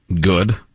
Good